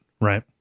Right